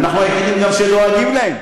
אנחנו גם היחידים שדואגים להם.